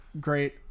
great